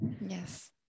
Yes